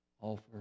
offer